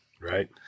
right